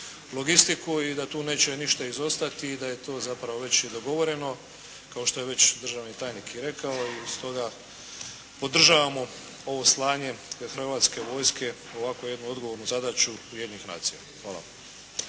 logistiku i da tu neće ništa izostati i da je to zapravo već i dogovoreno kao što je već državni tajnik i rekao. Stoga podržavamo ovo slanje Hrvatske vojske u ovako jednu odgovornu zadaću Ujedinjenih nacija. Hvala.